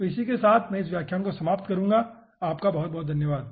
तो इसके साथ मैं इस व्याख्यान को समाप्त करूंगा धन्यवाद